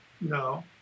No